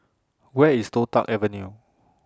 Where IS Toh Tuck Avenue